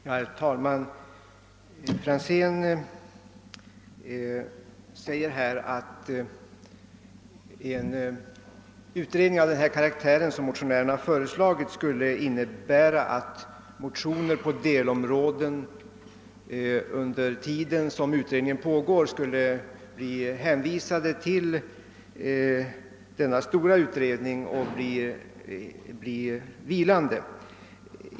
Herr talman! Herr Franzén i Motala säger att en utredning av den karaktär som motionärerna har föreslagit skulle innebära att motioner på en del områden under den tid som utredningen pågår skulle hänvisas till den pågående utredningen och frågorna därmed bli vilande.